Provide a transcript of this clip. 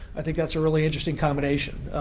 i think that's a really interesting combination.